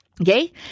Okay